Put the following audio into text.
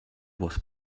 was